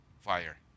fire